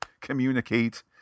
communicate